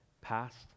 Past